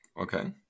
Okay